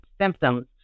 symptoms